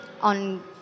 on